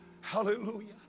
Hallelujah